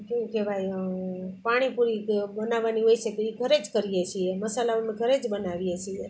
કેવું કહેવાય પાણીપૂરી કે એવું બનાવવાની હોય છે તો એ ઘરે જ કરીએ છીએ મસાલા અમે ઘરે જ બનાવીએ છીએ